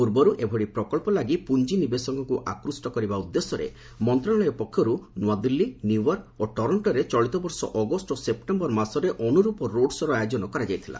ପୂର୍ବରୁ ଏଭଳି ପ୍ରକଳ୍ପ ଲାଗି ପୁଞ୍ଜିନିବେଶକଙ୍କୁ ଆକୁଷ୍ଟ କରିବା ଉଦ୍ଦେଶ୍ୟରେ ମନ୍ତ୍ରଣାଳୟ ପକ୍ଷରୁ ନୂଆଦିଲ୍ଲୀ ନ୍ୟୁୟର୍କ ଓ ଟରକ୍କୋରେ ଚଳିତ ବର୍ଷ ଅଗଷ୍ଟ ଓ ସେପ୍ଟେମ୍ଭର ମାସରେ ଅନୁରୂପ ରୋଡ୍ ସୋ'ର ଆୟୋଜନ କରାଯାଇଥିଲା